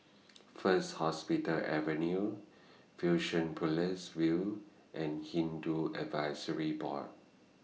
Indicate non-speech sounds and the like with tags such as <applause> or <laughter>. <noise> First Hospital Avenue <unintelligible> View and Hindu Advisory Board